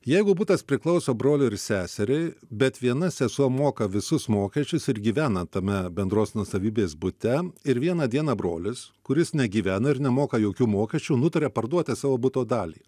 jeigu butas priklauso broliui ir seseriai bet viena sesuo moka visus mokesčius ir gyvena tame bendros nuosavybės bute ir vieną dieną brolis kuris negyvena ir nemoka jokių mokesčių nutarė parduoti savo buto dalį